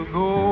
go